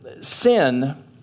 sin